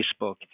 Facebook